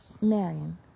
Marion